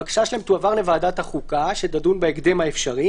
כי בוועדה יש אפשרות לשמוע מומחים,